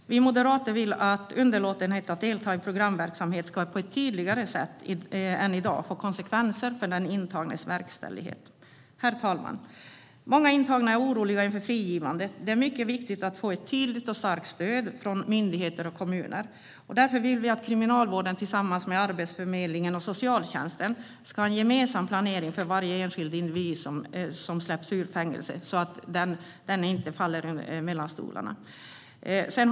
Vi moderater vill att underlåtenhet att delta i programverksamhet på ett tydligare sätt än i dag ska få konsekvenser för den intagnes verkställighet. Herr talman! Många intagna är oroliga inför frigivandet. Det är mycket viktigt att få ett tydligt och starkt stöd från myndigheter och kommuner. Därför vill vi att Kriminalvården tillsammans med Arbetsförmedlingen och socialtjänsten ska ha en gemensam planering för varje enskild individ som släpps ut ur fängelse så att denne inte faller mellan stolarna.